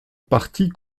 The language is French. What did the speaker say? partie